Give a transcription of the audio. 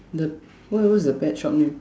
the what what's the pet shop name